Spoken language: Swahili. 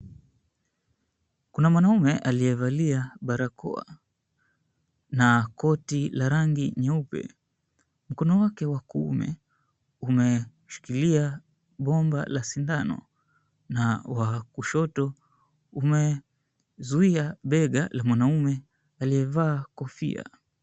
Kuna mwanaume aliyevalia barakoa na koti la rangi nyeupe. Mkono wake wa kuume umeshikilia bomba la sindano, na wa kushoto umezuia bega la mwanamume aliyevaa kofia.